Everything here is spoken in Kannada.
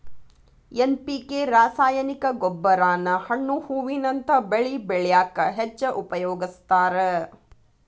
ಎನ್.ಪಿ.ಕೆ ರಾಸಾಯನಿಕ ಗೊಬ್ಬರಾನ ಹಣ್ಣು ಹೂವಿನಂತ ಬೆಳಿ ಬೆಳ್ಯಾಕ ಹೆಚ್ಚ್ ಉಪಯೋಗಸ್ತಾರ